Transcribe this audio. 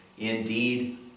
Indeed